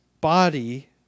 body